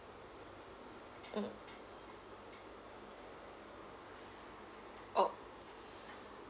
mm oh